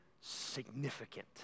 significant